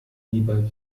lieber